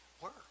work